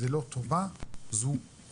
זו לא טובה, זו חובה.